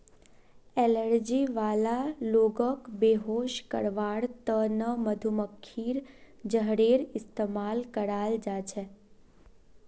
allergy वाला लोगक बेहोश करवार त न मधुमक्खीर जहरेर इस्तमाल कराल जा छेक